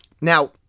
Now